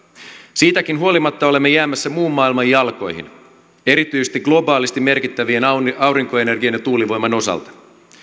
siitäkin huolimatta olemme jäämässä muun maailman jalkoihin erityisesti globaalisti merkittävien aurinkoenergian ja tuulivoiman osalta